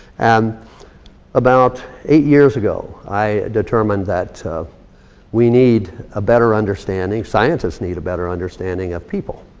and about eight years ago, i determined that we need a better understanding, scientists need a better understanding of people.